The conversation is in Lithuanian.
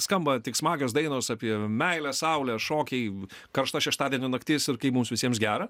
skamba tik smagios dainos apie meilę saulę šokiai karšta šeštadienio naktis ir kaip mums visiems gera